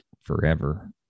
forever